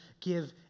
give